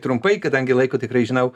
trumpai kadangi laiko tikrai žinau